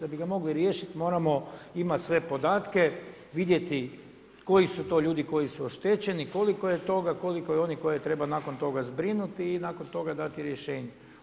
Da bismo ga mogli riješiti moramo imati sve podatke, vidjeti koji su to ljudi koji su oštećeni, koliko je toga, koliko je onih koje treba nakon toga zbrinuti i nakon toga dati rješenje.